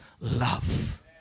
love